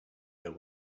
there